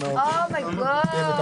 לא נעים להגיד,